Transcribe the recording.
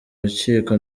rukiko